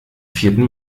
vierten